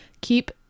Keep